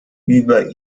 über